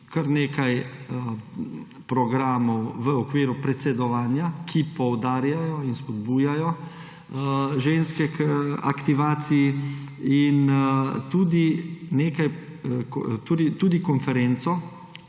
kar nekaj programov v okviru predsedovanja, ki poudarjajo in spodbujajo ženske k aktivaciji, in tudi konferenco,